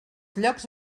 llocs